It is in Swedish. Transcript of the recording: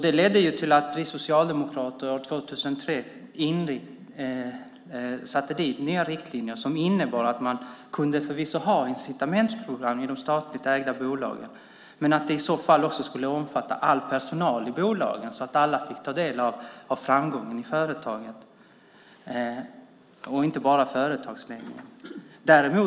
Det ledde till att vi socialdemokrater år 2003 införde nya riktlinjer som innebar att man förvisso kunde ha incitamentsprogram i de statligt ägda bolagen, men att de i så fall också skulle omfatta all personal i bolagen så att alla fick ta del av framgången i företaget och inte bara företagsledningen.